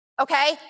okay